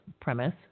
premise